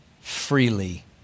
freely